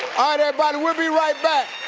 alright everybody, we'll be right back.